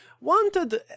wanted